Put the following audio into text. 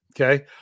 Okay